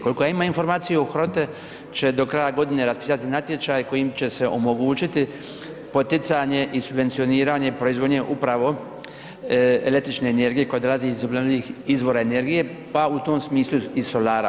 Kolko ja imam informaciju HROTE će do kraja godine raspisivati natječaj kojim će se omogućiti poticanje i subvencioniranje proizvodnje upravo električne energije kod raznih izabranih izvora energije, pa u tom smislu i solara.